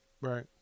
right